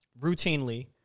routinely